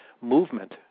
movement